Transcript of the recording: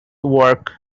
work